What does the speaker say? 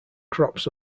crops